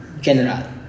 general